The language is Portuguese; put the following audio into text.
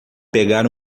pegar